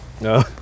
No